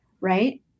right